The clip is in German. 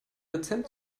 dozent